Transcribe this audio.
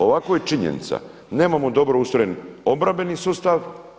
Ovako je činjenica, nemamo dobro ustrojen obrambeni sustav.